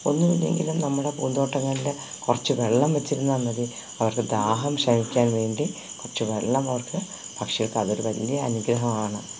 ഒന്നുമില്ലെങ്കിലും നമ്മടെ പൂന്തോട്ടങ്ങളില് കുറച്ച് വെള്ളം വെച്ചിരുന്നാല് മതി അവരുടെ ദാഹം ശമിക്കാന് വേണ്ടി കുറച്ച് വെള്ളം അവര്ക്ക് പക്ഷികള്ക്കതൊരു വലിയ അനുഗ്രഹമാണ്